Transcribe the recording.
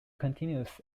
continues